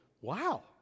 wow